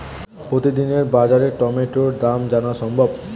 প্রতিদিনের বাজার টমেটোর দাম জানা সম্ভব?